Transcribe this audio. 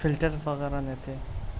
filter وغیرہ نہیں تھے